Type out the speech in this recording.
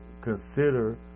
consider